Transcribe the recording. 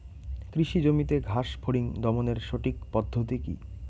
কৃষি জমিতে ঘাস ফরিঙ দমনের সঠিক পদ্ধতি কি?